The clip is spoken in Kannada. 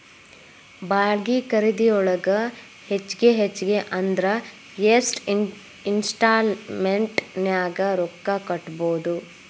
ಬಾಡ್ಗಿ ಖರಿದಿಯೊಳಗ ಹೆಚ್ಗಿ ಹೆಚ್ಗಿ ಅಂದ್ರ ಯೆಷ್ಟ್ ಇನ್ಸ್ಟಾಲ್ಮೆನ್ಟ್ ನ್ಯಾಗ್ ರೊಕ್ಕಾ ಕಟ್ಬೊದು?